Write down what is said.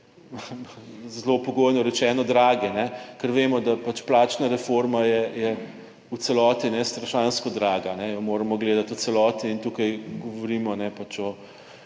zelo pogojno rečeno dragi, ker vemo, da plačna reforma je v celoti strašansko draga, jo moramo gledati v celoti in tukaj govorimo,